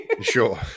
Sure